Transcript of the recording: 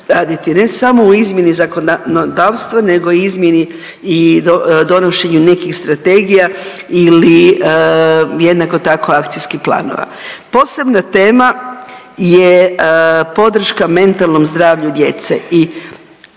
ne samo u izmjeni zakonodavstva nego u izmjeni i donošenju nekih strategija ili jednako tako akcijskih planova. Posebna tema je podrška mentalnom zdravlju djece